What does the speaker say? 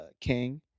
King